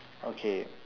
okay